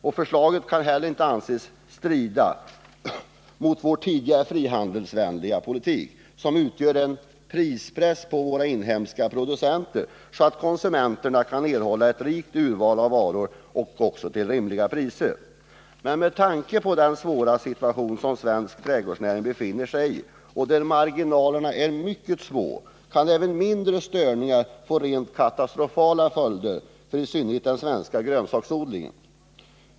Och förslaget kan heller inte anses strida mot vår tidigare frihandelsvänliga politik, som utgör en prispress på våra inhemska producenter, så att konsumenterna kan erhålla ett rikt urval av varor till rimliga priser. Men med tanke på den svåra situation som svensk trädgårdsnäring befinner sig i — marginalerna där är mycket små — kan även mindre störningar få rent katastrofala följder för i synnerhet den svenska grönsaksodlingen.